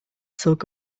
silk